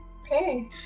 Okay